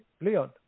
Leon